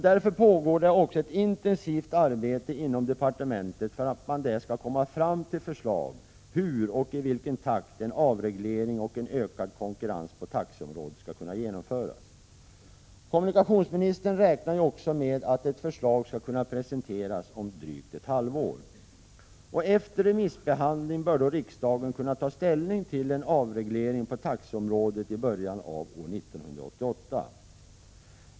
Därför pågår också ett intensivt arbete inom departementet för att där komma fram till förslag om hur och i vilken takt en avreglering och en ökad konkurrens på taxiområdet skall kunna genomföras. Kommunikationsministern räknar ju också med att ett förslag skall kunna presenteras om drygt ett halvår. Efter remissbehandling bör riksdagen kunna ta ställning till en avreglering på taxiområdet i början av år 1988.